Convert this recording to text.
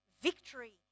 victory